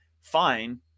fine